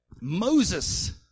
Moses